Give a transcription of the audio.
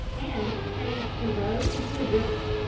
and changed the road into a river.